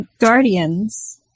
Guardians